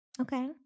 Okay